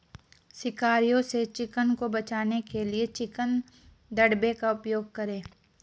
शिकारियों से चिकन को बचाने के लिए चिकन दड़बे का उपयोग करें